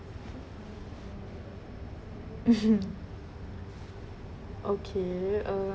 okay uh